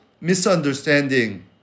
misunderstanding